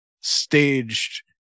staged